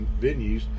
venues